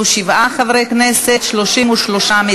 של קבוצת סיעת ישראל ביתנו,